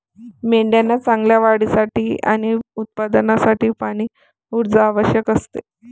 मेंढ्यांना चांगल्या वाढीसाठी आणि उत्पादनासाठी पाणी, ऊर्जा आवश्यक असते